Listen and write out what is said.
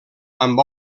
amb